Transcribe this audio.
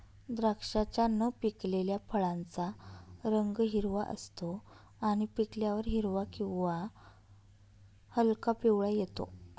द्राक्षाच्या न पिकलेल्या फळाचा रंग हिरवा असतो आणि पिकल्यावर हिरवा किंवा हलका पिवळा होतो